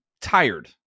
tired